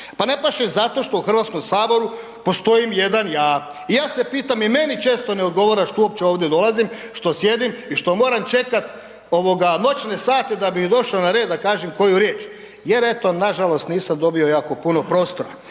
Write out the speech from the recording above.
Pa ne paše zato što u HS-u postojim jedan ja. I ja se pitam, i meni često ne odgovara što uopće ovdje dolazim, što sjedim i što moram čekati noćne sate da bi došao na red da kažem koji riječ jer eto, nažalost nisam dobio jako puno prostora.